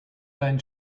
dein